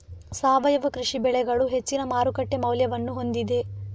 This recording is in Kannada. ಸಾವಯವ ಕೃಷಿ ಬೆಳೆಗಳು ಹೆಚ್ಚಿನ ಮಾರುಕಟ್ಟೆ ಮೌಲ್ಯವನ್ನು ಹೊಂದಿದೆ